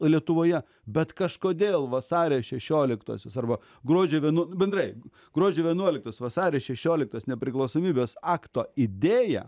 lietuvoje bet kažkodėl vasario šešioliktosios arba gruodžio vienuo bendrai gruodžio vienuoliktos vasario šešioliktos nepriklausomybės akto idėja